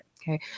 Okay